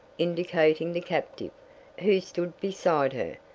indicating the captive, who stood beside her.